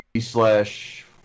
slash